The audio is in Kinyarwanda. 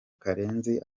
karenzi